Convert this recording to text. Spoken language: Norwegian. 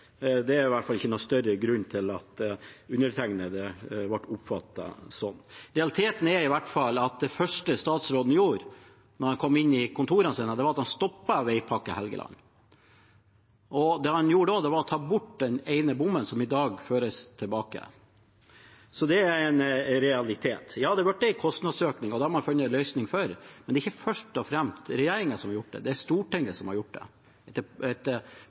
det er i hvert fall ikke noen større grunn til at undertegnede ble oppfattet sånn. Realiteten er i hvert fall at det første statsråden gjorde da han kom inn i kontorene sine, var at han stoppet veipakke Helgeland. Det han gjorde da, var å ta bort den ene bommen, som i dag føres tilbake. Det er en realitet. Ja, det ble en kostnadsøkning, og det har man funnet en løsning på, men det er ikke først og fremst regjeringen som har gjort det, det er Stortinget som har gjort det. Etter